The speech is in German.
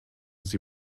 sie